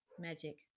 magic